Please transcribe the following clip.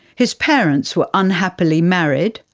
his parents were unhappily married,